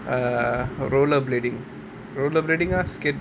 err rollerblading rollerblading uh skate